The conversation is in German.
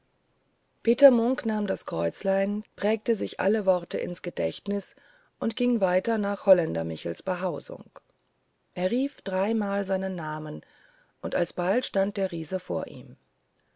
peter munk nahm das kreuzlein prägte sich alle worte ins gedächtnis und ging weiter nach holländer michels behausung er rief dreimal seinen namen und alsobald stand der riese vor ihm